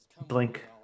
Blink